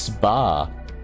bar